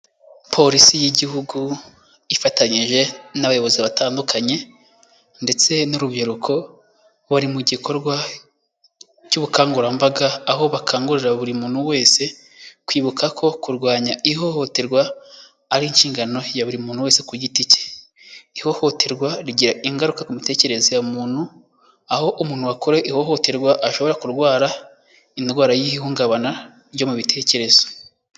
Polisi y'igihugu ifatanyije n'abayobozi batandukanye ndetse n'urubyiruko, bari mu gikorwa cy'ubukangurambaga, aho bakangurira buri muntu wese kwibuka ko kurwanya ihohoterwa ari inshingano ya buri muntu wese ku giti cye. Ihohoterwa rigira ingaruka ku mitekerereze ya muntu, aho umuntu wakorewe ihohoterwa ashobora kurwara indwara y'ihungabana ryo mu bitekerezo.